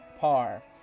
par